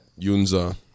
Yunza